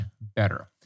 better